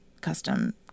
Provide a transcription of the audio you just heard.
custom